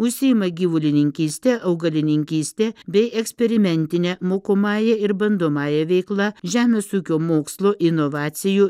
užsiima gyvulininkyste augalininkyste bei eksperimentine mokomąja ir bandomąja veikla žemės ūkio mokslo inovacijų